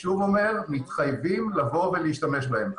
מתחייבים לבוא ולהשתמש בהם,